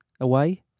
away